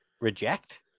reject